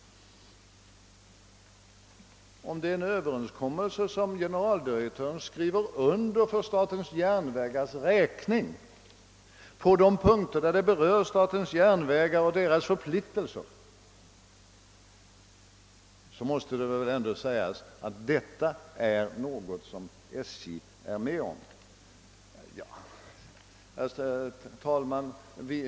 Om generaldirektören har skrivit under överenskommelsen för statens järnvägars räkning på de punkter där den berör statens järnvägar och deras förpliktelser, måste det sägas att detta är något som SJ är med om.